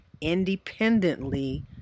independently